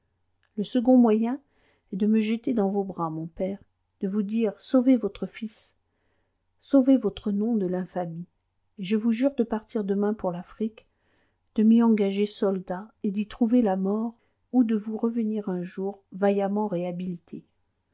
le second moyen est de me jeter dans vos bras mon père de vous dire sauvez votre fils sauvez votre nom de l'infamie et je vous jure de partir demain pour l'afrique de m'y engager soldat et d'y trouver la mort ou de vous revenir un jour vaillamment réhabilité